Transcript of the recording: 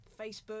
facebook